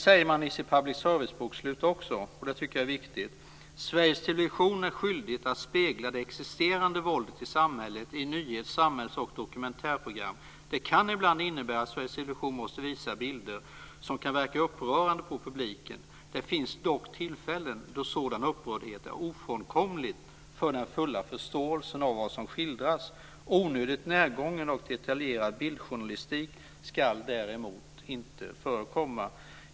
I sitt public service-bokslut säger man också någonting som jag tycker är viktigt, nämligen att Sveriges Television är skyldigt att spegla det existerande våldet i samhället i nyhets-, samhälls och dokumentärprogram. Det kan ibland innebära att Sveriges Television måste visa bilder som kan verka upprörande på publiken. Det finns dock tillfällen då sådan upprördhet är ofrånkomlig för den fulla förståelsen av vad som skildras. Onödigt närgången och detaljerad bildjournalistik ska däremot inte förekomma.